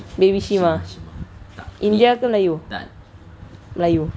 baby shimah india ke melayu melayu